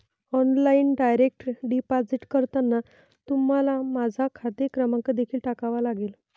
online direct deposit करताना तुम्हाला माझा खाते क्रमांक देखील टाकावा लागेल